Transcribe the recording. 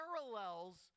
parallels